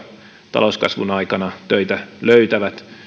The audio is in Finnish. talouskasvun aikana töitä löytävät